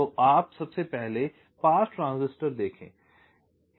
तो आप सबसे पहले पास ट्रांजिस्टर देखें